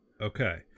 Okay